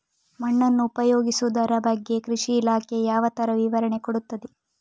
ಮಣ್ಣನ್ನು ಉಪಯೋಗಿಸುದರ ಬಗ್ಗೆ ಕೃಷಿ ಇಲಾಖೆ ಯಾವ ತರ ವಿವರಣೆ ಕೊಡುತ್ತದೆ?